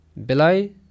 belai